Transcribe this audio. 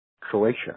Croatia